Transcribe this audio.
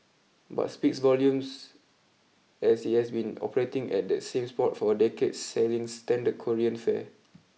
but speaks volumes as it has been operating at that same spot for a decade selling standard Korean fare